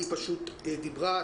היא פשוט דיברה,